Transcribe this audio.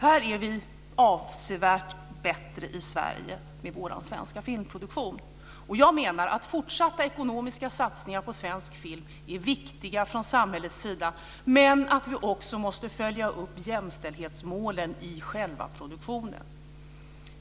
Här är vi avsevärt bättre i Sverige med vår svenska filmproduktion. Jag menar att fortsatta ekonomiska satsningar på svensk film är viktiga från samhällets sida, men vi måste också följa upp jämställdhetsmålen i själva produktionen.